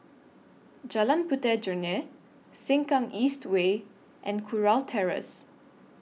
Jalan Puteh Jerneh Sengkang East Way and Kurau Terrace